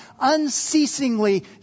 unceasingly